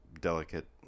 delicate